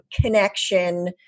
connection